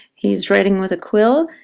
he's writing with a quill,